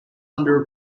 under